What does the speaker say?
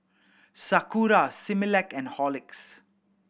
Sakura Similac and Horlicks